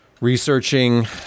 researching